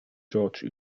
george